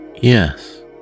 Yes